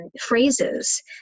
phrases